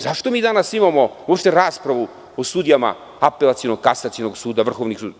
Zašto mi danas imamo uopšte raspravu o sudijama Apelacionog, Kasacionog suda, Vrhovnog suda?